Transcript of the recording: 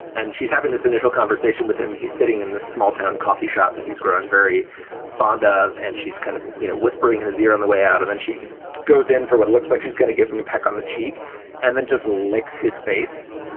and she's having this initial conversation with him. he's sitting in the small town coffee shop that he's grown very fond ah of and she's kind of you know whispering in his ear on the way out. and then she goes in for what looks like she's gonna give him a peck on the cheek and then just licks his face,